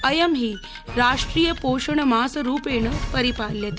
अयं हि राष्ट्रिय पोषणमास रूपेण परिपाल्यते